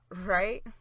right